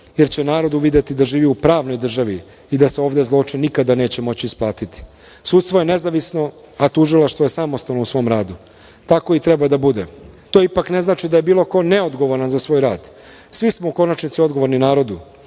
jer će narod uvideti da živi u pravnoj država i da se ovde zločin nikada neće moći isplatiti. Sudstvo je nezavisno, a tužilaštvo je samostalno u svom radu. Tako i treba da bude. To ipak ne znači da je bilo ko neodgovoran za svoj rad. Svi smo u konačnici odgovorni narodu,